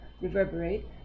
reverberate